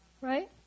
Right